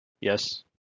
Yes